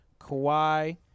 Kawhi